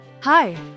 Hi